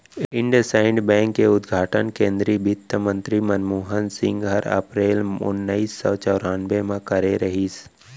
IndusInd bank के उद्घाटन केन्द्रीय बित्तमंतरी मनमोहन सिंह हर अपरेल ओनाइस सौ चैरानबे म करे रहिस